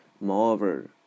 Moreover